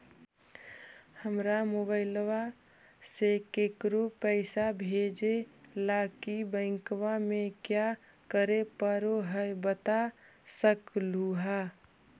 हमरा मोबाइलवा से केकरो पैसा भेजे ला की बैंकवा में क्या करे परो हकाई बता सकलुहा?